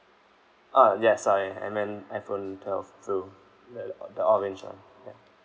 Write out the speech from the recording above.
uh yes sorry I mean iphone twelve pro the the orange one ya